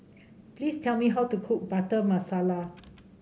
please tell me how to cook Butter Masala